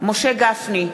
משה גפני,